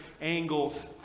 angles